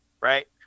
right